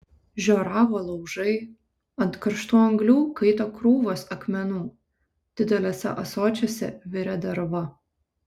žioravo laužai ant karštų anglių kaito krūvos akmenų dideliuose ąsočiuose virė derva